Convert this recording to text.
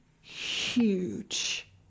huge